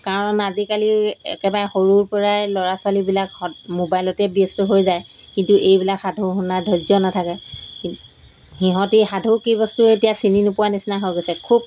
কাৰণ আজিকালি একেবাৰে সৰুৰপৰাই ল'ৰা ছোৱালীবিলাক মোবাইলতে ব্যস্ত হৈ যায় কিন্তু এইবিলাক সাধু শুনাৰ ধৈৰ্য নাথাকে সিহঁতে সাধু কি বস্তু এতিয়া চিনি নোপোৱা নিচিনা হৈ গৈছে খুব